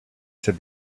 said